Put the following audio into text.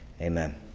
Amen